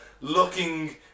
looking